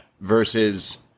versus